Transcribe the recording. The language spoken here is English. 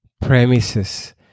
premises